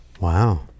Wow